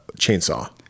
chainsaw